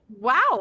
Wow